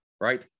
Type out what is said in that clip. right